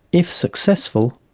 if successful,